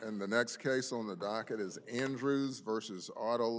and the next case on the docket is andrews versus auto